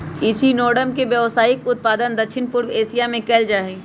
echinoderm के व्यावसायिक उत्पादन दक्षिण पूर्व एशिया में कएल जाइ छइ